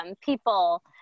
people